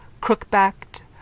crook-backed